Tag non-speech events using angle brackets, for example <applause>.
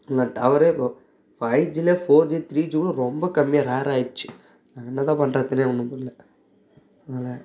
இல்லை டவரே இப்போது ஃபைவ் ஜில ஃபோர் ஜி த்ரீ <unintelligible> ரொம்ப கம்மியாக ரேர் ஆயிடுச்சு நாங்கள் என்னதான் பண்ணுறதுனே ஒன்றும் புரியல அதனால்